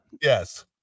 Yes